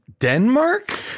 Denmark